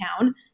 town